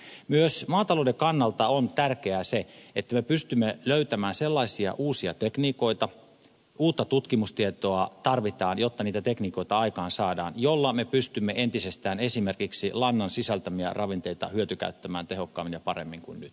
myös maatalouden kannalta on tärkeää se että me pystymme löytämään sellaisia uusia tekniikoita uutta tutkimustietoa tarvitaan jotta niitä tekniikoita aikaansaadaan joilla me pystymme entisestään esimerkiksi lannan sisältämiä ravinteita hyötykäyttämään tehokkaammin ja paremmin kuin nyt